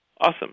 Awesome